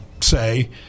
say